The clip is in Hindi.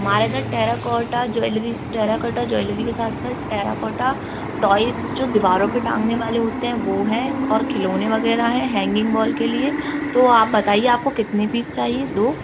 हमारे इधर टेराकोटा ज्वेलरी टेराकोटा ज्वेलरी के साथ साथ टेराकोटा टॉयस जो दीवारों पर टांगने वाले होते हैं वो हैं और खिलौने वग़ैरा हैं हैंगिंग वॉल के लिए तो आप बताइए आपको कितने पीस चाहिए दो